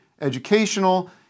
educational